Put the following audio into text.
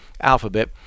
alphabet